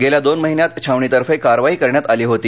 गेल्या दोन महिन्यात छावणीतर्फे कारवाई करण्यात आली होती